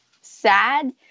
sad